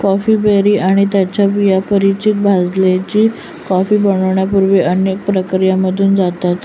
coffee berry आणि त्यांच्या बिया परिचित भाजलेली कॉफी बनण्यापूर्वी अनेक प्रक्रियांमधून जातात